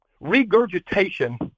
regurgitation